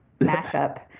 mashup